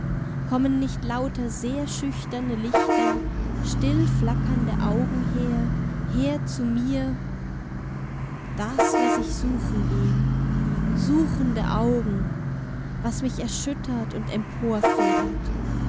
kommen nicht lauter sehr schüchterne lichter still flackernde augen her her zu mir das was ich suchen ging suchende augen was mich erschüttert und